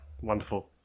wonderful